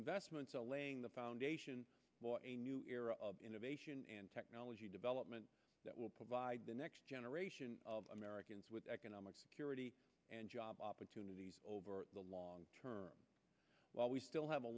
investments a laying the foundation for a new era of innovation and technology development that will provide the next generation of americans with economic security and job opportunities over the long term while we still have a